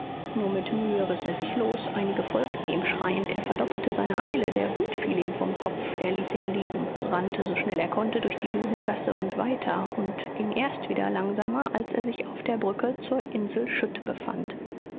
nur mit mühe riß er sich los einige folgten ihm schreiend er verdoppelte seine eile der hut fiel ihm vom kopf er ließ ihn liegen rannte so schnell er konnte durch die judengasse und weiter und ging erst wieder langsamer als er sich auf der brücke zur insel schütt befand